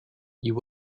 you